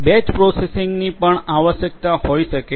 batch પ્રોસેસિંગની પણ આવશ્યકતા હોઈ શકે છે